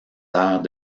airs